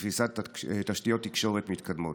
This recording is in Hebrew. לפריסת תשתיות תקשורת מתקדמות.